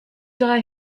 die